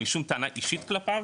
אין לי שום טענה אישית כלפיו,